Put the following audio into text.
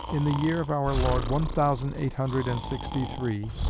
in the year of our lord one thousand eight hundred and sixty-three,